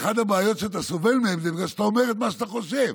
אחת הבעיות שאתה סובל מהן היא שאתה אומר את מה שאתה חושב,